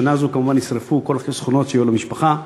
בשנה הזאת כמובן נשרפו כל החסכונות שהיו למשפחה,